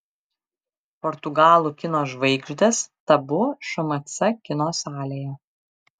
portugalų kino žvaigždės tabu šmc kino salėje